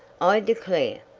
i declare!